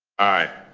aye.